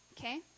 Okay